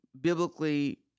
biblically